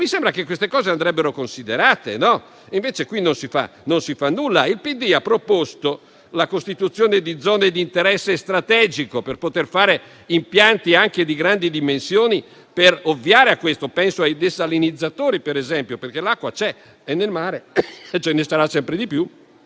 Mi sembra che questi aspetti andrebbero considerati, e invece non si fa nulla. Il PD ha proposto la costituzione di zone di interesse strategico per poter fare impianti anche di grandi dimensioni, per ovviare a questo: penso, ad esempio, ai desalinizzatori, perché l'acqua c'è, è nel mare e ce ne sarà sempre di più;